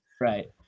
right